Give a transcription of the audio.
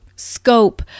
scope